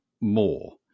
more